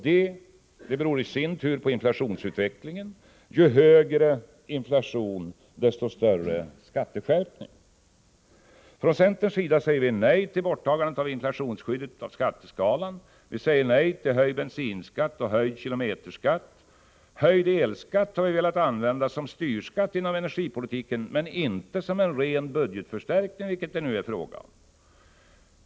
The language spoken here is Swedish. Det i sin tur beror på inflationsutvecklingen — ju högre inflation desto större skatteskärpning. Från centerns sida säger vi nej till borttagandet av inflationsskyddet av skatteskalan. Vi säger nej till höjd bensinskatt och höjd kilometerskatt. Höjd elskatt har vi velat använda som styrskatt inom energipolitiken, men inte som en ren budgetförstärkning, vilket det nu är fråga om.